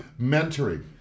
Mentoring